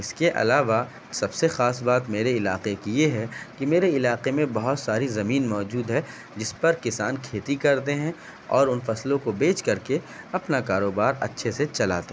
اس کے علاوہ سب سے خاص بات میرے علاقے کی یہ ہے کہ میرے علاقے میں بہت ساری زمین موجود ہے جس پر کسان کھیتی کرتے ہیں اور ان فصلوں کو بیچ کر کے اپنا کاروبار اچھے سے چلاتے